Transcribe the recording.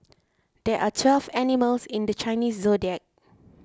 there are twelve animals in the Chinese zodiac